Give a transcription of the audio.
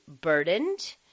burdened